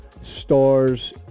Star's